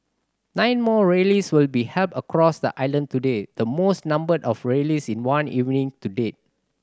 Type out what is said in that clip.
nine more rallies will be held across the island today the most number of rallies in one evening to date